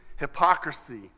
hypocrisy